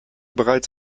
bereits